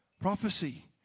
Prophecy